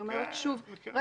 בחייאת.